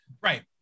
Right